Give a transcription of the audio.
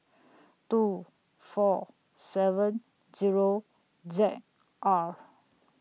two four seven Zero Z R